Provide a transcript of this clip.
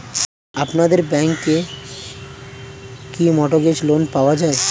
আপনাদের ব্যাংকে কি মর্টগেজ লোন পাওয়া যায়?